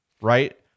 right